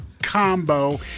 Combo